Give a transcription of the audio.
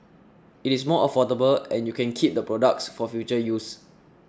it is more affordable and you can keep the products for future use